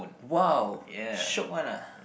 !wow! shiok one ah